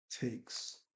takes